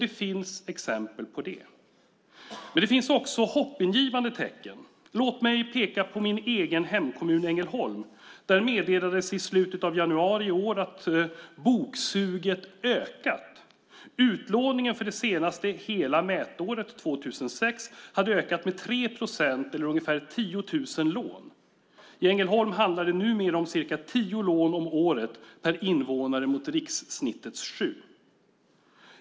Det finns exempel på det. Men det finns också hoppingivande tecken. Låt mig peka på min egen hemkommun Ängelholm. Där meddelades i slutet av januari i år att boksuget ökat. Utlåningen för det senaste hela mätåret, 2006, hade ökat med 3 procent eller ungefär 10 000 lån. I Ängelholm handlar det numera om cirka tio lån om året per invånare mot rikssnittets sju.